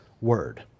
word